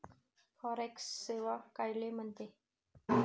Forex सेवा कायले म्हनते?